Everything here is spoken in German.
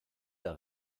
der